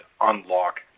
unlock